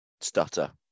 stutter